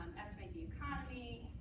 estimate the economy.